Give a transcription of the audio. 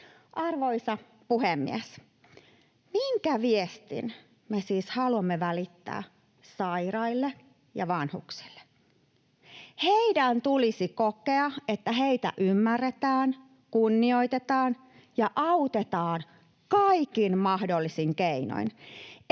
Arvoisa puhemies! Minkä viestin me siis haluamme välittää sairaille ja vanhuksille? Heidän tulisi kokea, että heitä ymmärretään, kunnioitetaan ja autetaan kaikin mahdollisin keinoin,